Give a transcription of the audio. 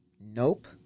Nope